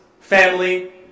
family